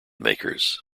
makers